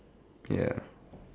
ya